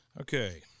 Okay